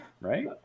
Right